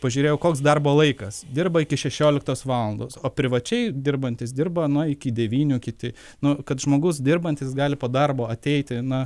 pažiūrėjau koks darbo laikas dirba iki šešioliktos valandos o privačiai dirbantys dirba nuo iki devynių kiti nu kad žmogus dirbantis gali po darbo ateiti na